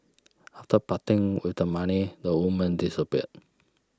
after parting with the money the women disappear